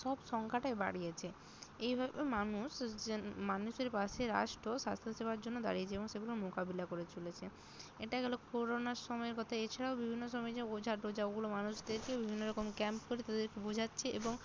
সব সংখ্যাটাই বাড়িয়েছে এইভাবে মানুষ মানুষের পাশে রাষ্ট্র স্বাস্থ্যসেবার জন্য দাঁড়িয়েছে এবং সেগুলোর মোকাবিলা করে চলেছে এটা গেল করোনার সময়ের কথা এছাড়াও বিভিন্ন সময় যে ওঝা টোঝা ওগুলো মানুষদেরকে বিভিন্ন রকম ক্যাম্প করে তাদেরকে বোঝাচ্ছে এবং